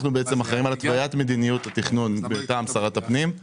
אנחנו בעצם אחראים על התוויית מדיניות התכנון מטעם שרת הפנים.